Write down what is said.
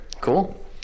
Cool